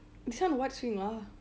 this one what swing ah